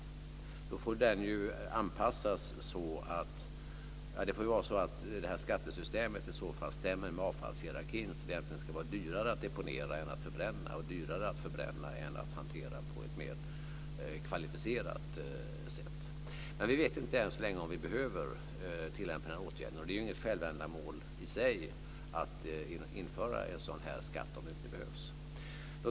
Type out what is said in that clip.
Skattesystemet får anpassas så att det stämmer med avfallshierarkin, dvs. det ska vara dyrare att deponera än att förbränna och dyrare att förbränna än att hantera avfallet på ett mer kvalificerat sätt. Vi vet inte än så länge om vi behöver tillämpa den åtgärden. Det är inget självändamål i sig att införa en sådan skatt om den inte behövs.